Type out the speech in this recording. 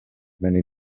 many